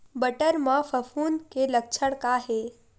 बटर म फफूंद के लक्षण का हे?